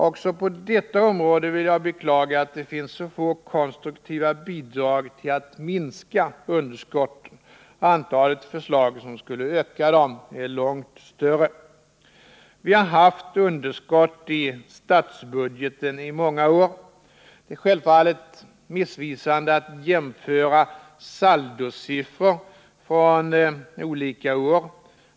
Också på detta område vill jag beklaga att det finns så få konstruktiva bidrag till att minska underskotten. Antalet förslag som skulle öka dem är långt större. Vi har haft underskott i statsbudgeten under många år. Det är självfallet missvisande att jämföra saldosiffror från olika år.